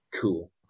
Cool